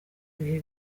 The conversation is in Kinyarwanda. bihe